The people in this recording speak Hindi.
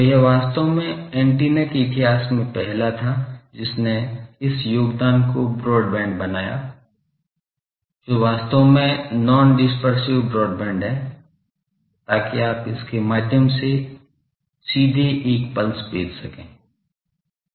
तो यह वास्तव में एंटीना के इतिहास में पहला था जिसने इस योगदान को ब्रॉडबैंड बनाया जो वास्तव में नॉन डिस्पर्सिव ब्रॉडबैंड है ताकि आप इसके माध्यम से सीधे एक पल्स भेज सकें